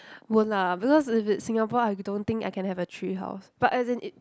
won't lah because if it's Singapore I don't think I can have a treehouse but as in it